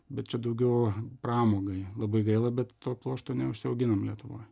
bet čia daugiau pramogai labai gaila bet to pluošto neužsiauginam lietuvoj